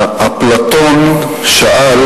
אפלטון שאל: